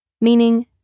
Meaning